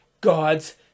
God's